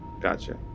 Gotcha